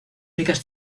únicas